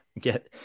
get